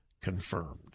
confirmed